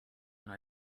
and